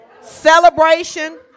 celebration